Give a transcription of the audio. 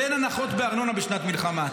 תן הנחות בארנונה בשנת מלחמה,